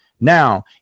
Now